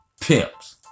Pimps